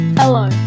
Hello